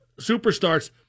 superstars